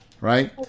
Right